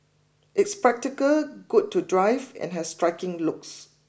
it's practical good to drive and has striking looks